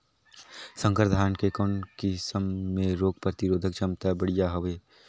संकर धान के कौन किसम मे रोग प्रतिरोधक क्षमता बढ़िया हवे?